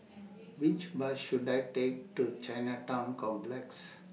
Which Bus should I Take to Chinatown Complex